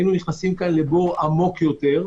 היינו נכנסים כאן לבור עמוק יותר.